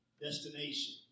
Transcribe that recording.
destination